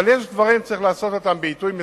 אבל יש דברים שצריך לעשות בעיתוי מסוים.